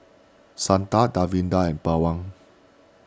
Santha Davinder and Pawan